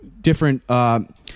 different